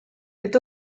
est